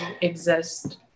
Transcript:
exist